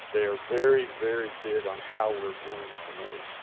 they are very, very big on how we're doing our wars.